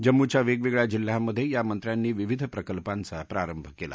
जम्मूच्या वेगवेगळ्या जिल्ह्यांमधे या मंत्र्यांनी विविध प्रकल्पांचा प्रारंभ केला